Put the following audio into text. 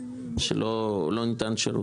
כשלא ניתן שירות.